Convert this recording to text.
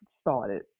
started